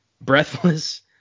Breathless